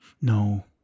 No